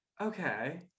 Okay